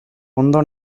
ondo